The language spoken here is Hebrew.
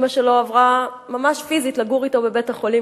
אמא שלו עברה ממש פיזית לגור אתו בבית-החולים